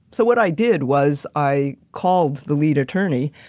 so, what i did was i called the lead attorney.